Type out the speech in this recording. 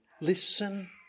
Listen